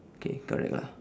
okay correct lah